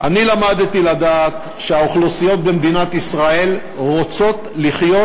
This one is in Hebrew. אני למדתי לדעת שהאוכלוסיות במדינת ישראל רוצות לחיות